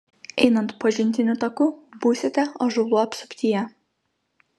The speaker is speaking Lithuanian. einant pažintiniu taku būsite ąžuolų apsuptyje